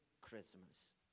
Christmas